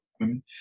women